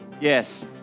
Yes